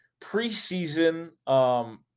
preseason